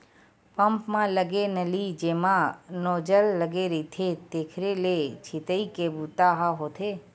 pump म लगे नली जेमा नोजल लगे रहिथे तेखरे ले छितई के बूता ह होथे